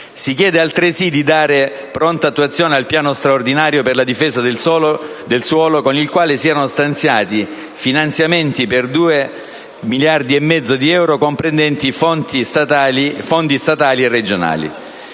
Si chiede altresì di dare pronta attuazione al piano straordinario per la difesa del suolo, con il quale siano stanziati finanziamenti per 2,5 miliardi di euro comprendenti fondi statali e regionali.